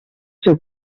seu